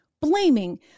blaming